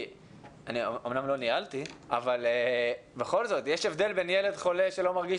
אני אמנם לא ניהלתי אבל בכל זאת יש הבדל בין ילד חולה שלא מרגיש